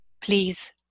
please